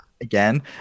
again